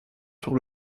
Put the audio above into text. sur